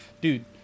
Dude